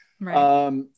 Right